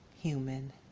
human